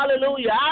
hallelujah